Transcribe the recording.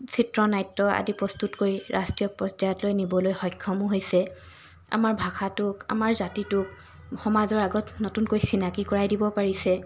চিত্ৰ নাট্য আদি প্ৰস্তুত কৰি ৰাষ্ট্ৰীয় পৰ্যায়লৈ নিবলৈ সক্ষমো হৈছে আমাৰ ভাষাটোক আমাৰ জাতিটোক সমাজৰ আগত নতুনকৈ চিনাকি কৰাই দিব পাৰিছে